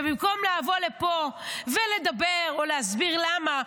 ובמקום לבוא לפה ולדבר או להסביר למה,